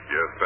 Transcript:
Yes